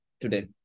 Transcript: today